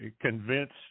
convinced